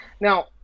Now